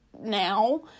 now